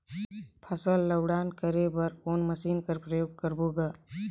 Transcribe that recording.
फसल ल उड़ान करे बर कोन मशीन कर प्रयोग करबो ग?